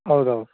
ಹೌದೌದು